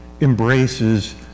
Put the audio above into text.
embraces